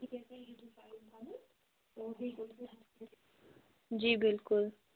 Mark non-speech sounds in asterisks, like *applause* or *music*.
*unintelligible* جی بِلکُل